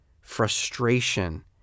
frustration